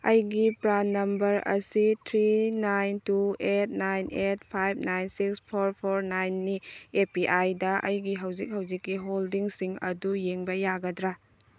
ꯑꯩꯒꯤ PAN number ꯑꯁꯤ three nine two eight nine eight five nine six four four ꯅꯥꯏꯟꯅꯤ ꯑꯦ ꯄꯤ ꯑꯥꯏꯗ ꯑꯩꯒꯤ ꯍꯧꯖꯤꯛ ꯍꯧꯖꯤꯛꯀꯤ ꯍꯣꯜꯗꯤꯡꯁꯤꯡ ꯑꯗꯨ ꯌꯦꯡꯕ ꯌꯥꯒꯗ꯭ꯔꯥ